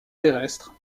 terrestre